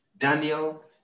Daniel